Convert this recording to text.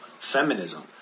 Feminism